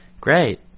Great